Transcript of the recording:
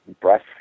breath